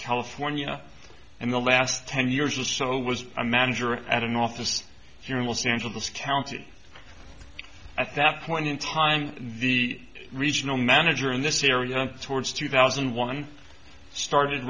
a fornia and the last ten years or so was a manager at an office here in los angeles county at that point in time the regional manager in this area towards two thousand and one started